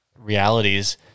realities